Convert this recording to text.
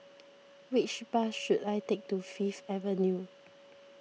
which bus should I take to Fifth Avenue